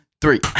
Three